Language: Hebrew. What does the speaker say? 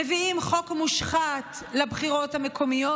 מביאים חוק מושחת לבחירות המקומיות,